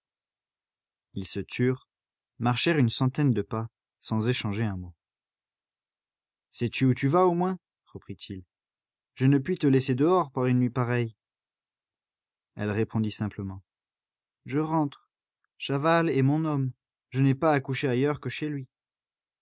ils se turent marchèrent une centaine de pas sans échanger un mot sais-tu où tu vas au moins reprit-il je ne puis te laisser dehors par une nuit pareille elle répondit simplement je rentre chaval est mon homme je n'ai pas à coucher ailleurs que chez lui